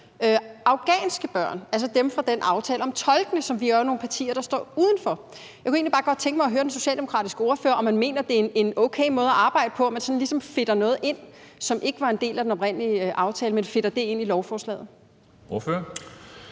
afghanske børn, altså dem fra den aftale om tolkene, som vi jo er nogle partier der står uden for. Jeg kunne godt tænke mig at høre den socialdemokratiske ordfører, om man mener, det er en okay måde at arbejde på, at man sådan ligesom fedter noget ind, som ikke var en del af den oprindelige aftale, altså fedter det ind i lovforslaget. Kl.